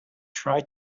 try